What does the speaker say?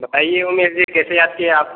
बताइए उमेश जी कैसे याद क्या आप